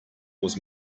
was